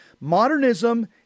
Modernism